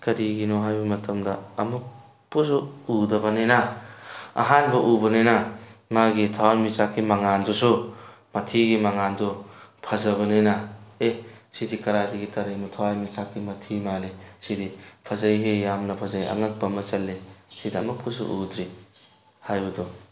ꯀꯔꯤꯒꯤꯅꯣ ꯍꯥꯏꯕ ꯃꯇꯝꯗ ꯑꯃꯨꯛꯇꯁꯨ ꯎꯗꯕꯅꯤꯅ ꯑꯍꯥꯟꯕ ꯎꯕꯅꯤꯅ ꯃꯥꯒꯤ ꯊꯋꯥꯟꯃꯤꯆꯥꯛꯀꯤ ꯃꯉꯥꯜꯗꯨꯁꯨ ꯃꯊꯤꯒꯤ ꯃꯉꯥꯜꯗꯣ ꯐꯖꯕꯅꯤꯅ ꯑꯦ ꯁꯤꯗꯤ ꯀꯗꯥꯏꯗꯒꯤ ꯇꯔꯛꯏꯅꯣ ꯊꯋꯥꯟꯃꯤꯆꯥꯛꯀꯤ ꯃꯊꯤ ꯃꯥꯜꯂꯤ ꯁꯤꯗꯤ ꯐꯖꯩꯍꯦ ꯌꯥꯝꯅ ꯐꯖꯩ ꯑꯉꯛꯄ ꯑꯃ ꯆꯜꯂꯤ ꯁꯤꯗꯤ ꯑꯃꯨꯛꯇꯁꯨ ꯎꯗ꯭ꯔꯤ ꯍꯥꯏꯕꯗꯨ